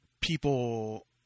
people